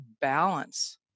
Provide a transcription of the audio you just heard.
balance